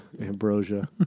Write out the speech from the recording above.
ambrosia